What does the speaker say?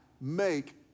make